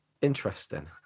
interesting